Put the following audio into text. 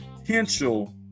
potential